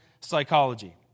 psychology